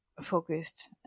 focused